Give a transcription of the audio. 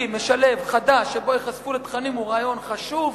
משלב חדש שבו ייחשפו לתכנים הוא רעיון חשוב,